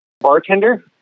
Bartender